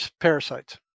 parasites